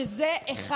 שזה אחד משריה.